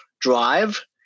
drive